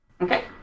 Okay